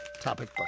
topic